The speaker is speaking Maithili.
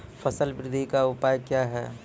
फसल बृद्धि का उपाय क्या हैं?